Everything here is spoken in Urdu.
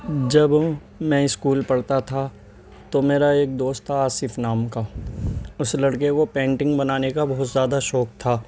جب میں اسکول پڑھتا تھا تو میرا ایک دوست تھا آصف نام کا اس لڑکے کو پینٹنگ بنانے کا بہت زیادہ شوق تھا